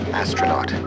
astronaut